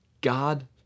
God